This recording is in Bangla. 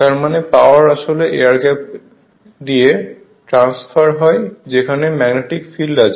তার মানে পাওয়ার আসলে এয়ার গ্যাপ দিয়ে ট্রান্সফার হয় যেখানে ম্যাগনেটিক ফিল্ড আছে